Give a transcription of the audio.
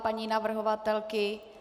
Paní navrhovatelky?